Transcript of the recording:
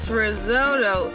risotto